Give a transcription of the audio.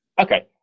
Okay